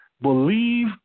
Believe